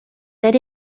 that